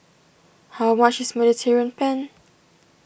how much is Mediterranean Penne